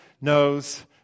knows